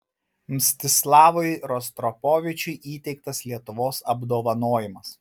mstislavui rostropovičiui įteiktas lietuvos apdovanojimas